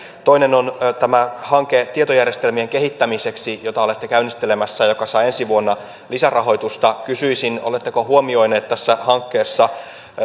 toinen on tämä hanke tietojärjestelmien kehittämiseksi jota olette käynnistelemässä ja joka saa ensi vuonna lisärahoitusta kysyisin oletteko huomioineet tässä hankkeessa